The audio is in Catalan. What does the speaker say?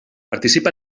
participa